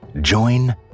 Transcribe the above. join